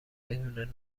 بدون